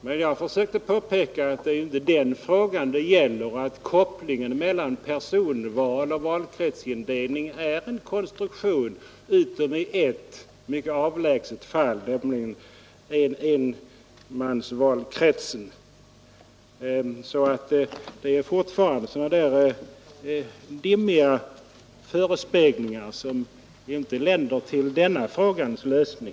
Men som jag försökte påpeka är det inte den frågan det här gäller; kopplingen mellan personval och valkretsindelning är en konstruktion — utom i ett mycket avlägset fall, nämligen i enmansvalkrets. Herr Andersson rör sig alltjämt med dimmiga föreställningar, som inte länder till denna frågas lösning.